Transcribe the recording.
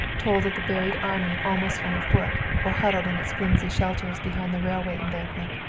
told of the buried army almost underfoot or huddled in its flimsy shelters behind the railway embankment.